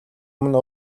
өмнө